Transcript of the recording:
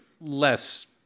less